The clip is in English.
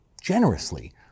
generously